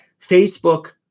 Facebook